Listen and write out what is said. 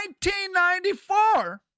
1994